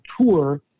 tour